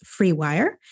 FreeWire